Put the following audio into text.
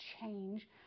change